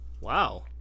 Wow